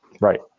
Right